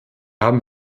haben